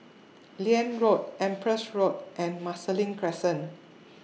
Liane Road Empress Road and Marsiling Crescent